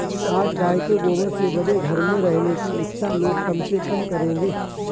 आज गाय के गोबर से बने घर में रहने की इच्छा लोग कम से कम करेंगे